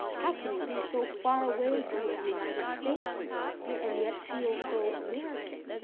how can you be so far away from the united states and yet feel so american?